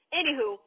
anywho